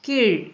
கீழ்